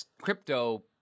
crypto